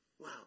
Wow